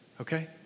okay